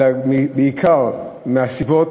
אלא בעיקר מהסיבות